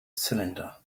cylinder